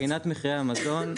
מבחינת מחירי המזון,